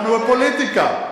אנחנו בפוליטיקה.